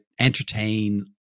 entertain